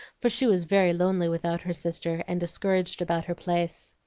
for she was very lonely without her sister, and discouraged about her place.